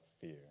fear